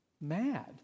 mad